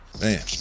Man